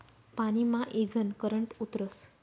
पानी मा ईजनं करंट उतरस